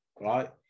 right